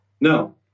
No